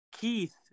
Keith